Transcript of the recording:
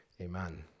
Amen